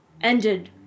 ended